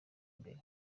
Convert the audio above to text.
mbere